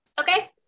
Okay